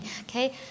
okay